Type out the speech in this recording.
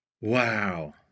wow